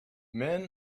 men